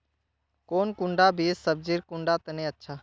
कौन कुंडा बीस सब्जिर कुंडा तने अच्छा?